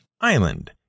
island